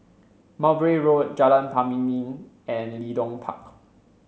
Mowbray Road Jalan Pemimpin and Leedon Park